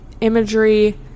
imagery